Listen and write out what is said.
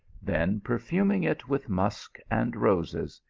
then perfuming it with musk and roses,